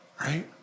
right